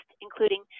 including